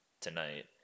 tonight